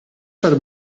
per